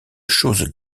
choses